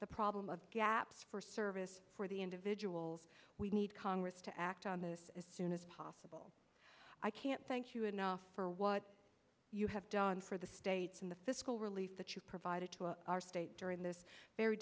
the problem of gaps for service for the individuals we need congress to act on this as soon as possible i can't thank you enough for what you have done for the states in the fiscal relief that you provided to a state during this very